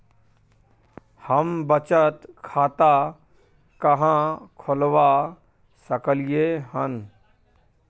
हम बचत खाता कहाॅं खोलवा सकलिये हन?